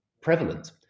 prevalent